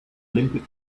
olympic